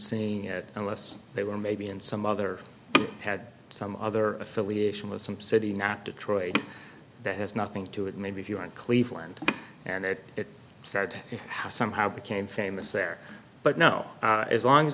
seeing it unless they were maybe in some other had some other affiliation with some city not detroit that has nothing to it maybe if you want cleveland and it is sad to have somehow became famous there but no as long as